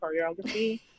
choreography